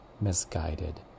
misguided